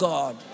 God